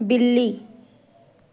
ਬਿੱਲੀ